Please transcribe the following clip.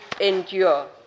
endure